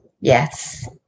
Yes